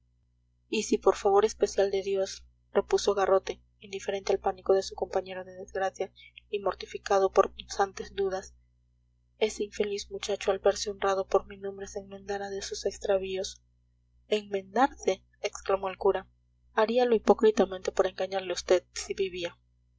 y si por favor especial de dios repuso garrote indiferente al pánico de su compañero de desgracia y mortificado por punzantes dudas ese infeliz muchacho al verse honrado por ni nombre se enmendara de sus extravíos enmendarse exclamó el cura haríalo hipócritamente por engañarle a vd si vivía